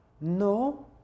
No